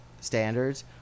standards